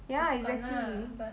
ya exactly